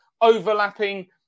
overlapping